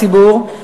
הציבור,